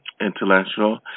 intellectual